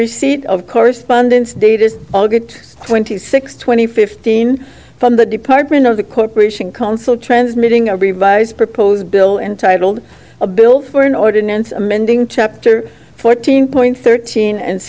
receipt of course sundin's dated august twenty sixth twenty fifteen from the department of the corporation counsel transmitting a revised proposed bill entitled a bill for an ordinance amending chapter fourteen point thirteen and